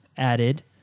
Added